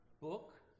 book